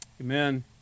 Amen